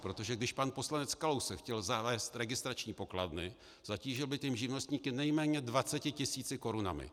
Protože když pan poslanec Kalousek chtěl zavést registrační pokladny, zatížil by tím živnostníky nejméně 20 tis. Kč.